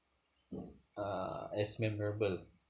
uh as memorable